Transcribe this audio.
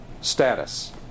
status